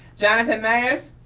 jonathan meyers,